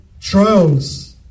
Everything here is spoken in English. trials